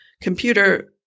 computer